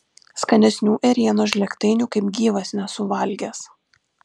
skanesnių ėrienos žlėgtainių kaip gyvas nesu valgęs